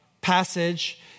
passage